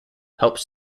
helped